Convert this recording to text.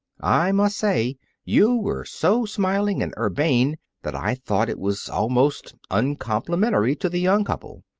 i must say you were so smiling and urbane that i thought it was almost uncomplimentary to the young couple.